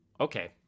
Okay